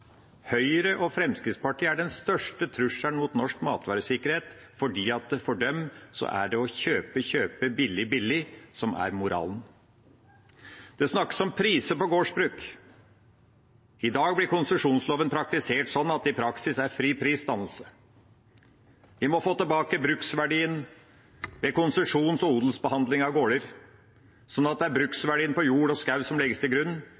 Høyre og Fremskrittspartiet er den største trusselen mot norsk matvaresikkerhet, for for dem er det å kjøpe-kjøpe billig-billig moralen. Det snakkes om priser på gårdsbruk. I dag blir konsesjonsloven praktisert sånn at det i praksis er fri prisdannelse. Vi må få tilbake bruksverdien ved konsesjons- og odelsbehandling av gårder, sånn at det er bruksverdien på jord og skog som legges til grunn.